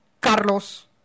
Carlos